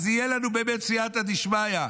אז יהיה לנו באמת סייעתא דשמיא,